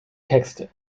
texte